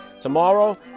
tomorrow